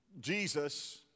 Jesus